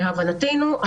להבנתנו,